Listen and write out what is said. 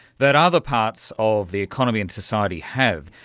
that other parts of the economy and society have?